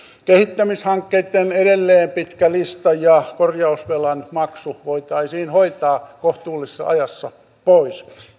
kehittämishankkeitten edelleen pitkä lista ja korjausvelan maksu voitaisiin hoitaa kohtuullisessa ajassa pois